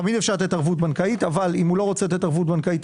תמיד אפשר לתת ערבות בנקאית אבל אם היזם לא רוצה לתת ערבות בנקאית,